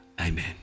Amen